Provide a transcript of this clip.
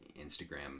Instagram